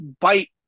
bite